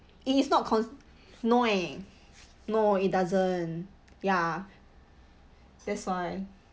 it is not cause no eh no it doesn't ya that's why